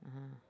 (uh huh)